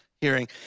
hearing